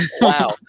Wow